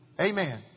Amen